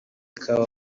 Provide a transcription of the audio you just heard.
kawa